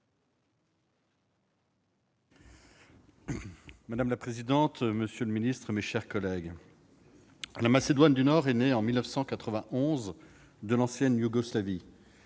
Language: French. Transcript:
Monsieur le président, monsieur le secrétaire d'État, mes chers collègues, la Macédoine du Nord est née en 1991 de l'ancienne Yougoslavie.